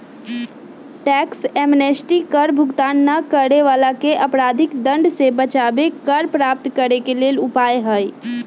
tax amnesty कर भुगतान न करे वलाके अपराधिक दंड से बचाबे कर प्राप्त करेके लेल उपाय हइ